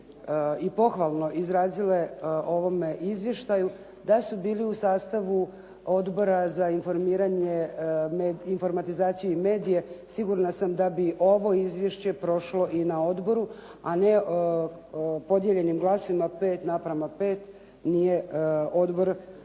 i pohvalno izrazile o ovome izvještaju, da su bili u sastavu Odbora za informiranje, informatizaciju i medije, sigurna sam da bi ovo izvješće prošlo i na odboru, a ne podijeljenim glasovima 5:5 nije odbor,